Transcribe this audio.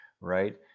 right